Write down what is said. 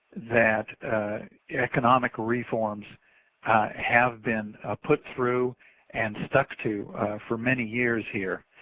that economic reforms have been put through and stuck to for many years here.